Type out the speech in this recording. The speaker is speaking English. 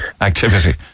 activity